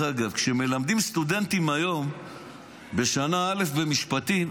כשמלמדים סטודנטים היום בשנה א' במשפטים,